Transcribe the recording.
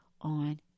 on